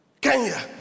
Kenya